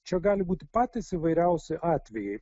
čia gali būti patys įvairiausi atvejai